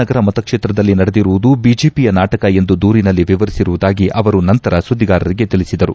ನಗರ ಮತಕ್ಷೇತ್ರದಲ್ಲಿ ನಡೆದಿರುವುದು ಬಿಜೆಪಿಯ ನಾಟಕ ಎಂದು ದೂರಿನಲ್ಲಿ ವಿವರಿಸಿರುವುದಾಗಿ ಅವರು ನಂತರ ಸುದ್ದಿಗಾರರಿಗೆ ತಿಳಿಸಿದರು